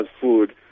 food